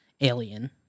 alien